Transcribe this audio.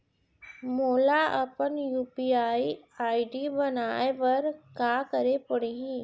मोला अपन UPI ID बनाए बर का करे पड़ही?